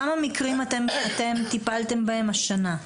כמה מקרים אתם טיפלתם בהם השנה?